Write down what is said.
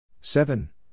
Seven